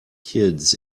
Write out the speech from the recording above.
kids